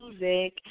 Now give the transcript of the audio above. music